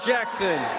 Jackson